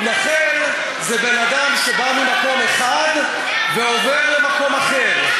מתנחל זה בן-אדם שבא ממקום אחד ועובר למקום אחר.